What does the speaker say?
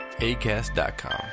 Acast.com